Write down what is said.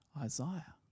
Isaiah